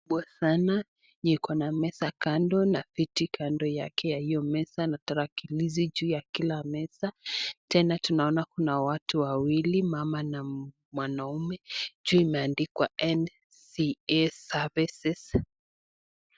Kubwa sana yenye iko na meza kando na viti kando yake ya hiyo meza na tarakilishi juu ya kila meza. Tena tunaona kuna watu wawili mama na mwanaume. Juu imeandikwa NCA services.